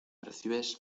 recibes